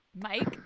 Mike